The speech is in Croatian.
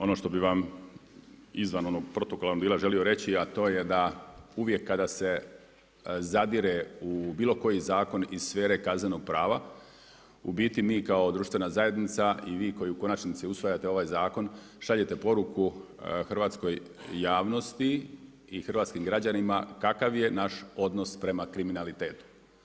Ono što bih vam izvan onog protokola bih vam želio reći a to je da uvijek kada se zadire u bilo koji zakon iz sfere kaznenog prava u biti mi kao društvena zajednica i vi koji u konačnici usvajate ovaj zakon šaljete poruku hrvatskoj javnosti i hrvatskim građanima kakav je naš odnos prema kriminalitetu.